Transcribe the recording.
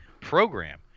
program